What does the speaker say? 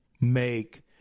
make